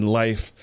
life